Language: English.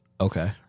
Okay